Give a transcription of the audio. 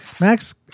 Max